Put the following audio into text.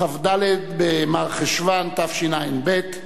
כ"ד במרחשוון תשע"ב,